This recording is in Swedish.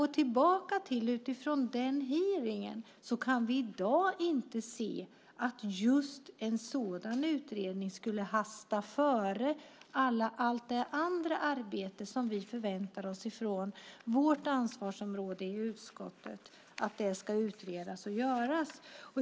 Med tanke på hearingen kan vi i dag inte se att just en sådan utredning skulle hastas före allt annat arbete som vi förväntar oss inom vårt ansvarsområde i utskottet ska göras.